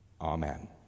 Amen